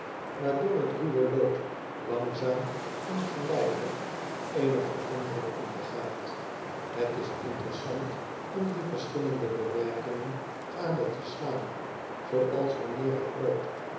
door het ruwe lood langzaam en geleidelijk eene verandering ondergaat het is interessant om die verschillende bewerkingen gade te slaan zooals wanneer het lood